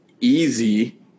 easy